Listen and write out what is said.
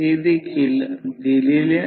V2 ते 250V दिले आहे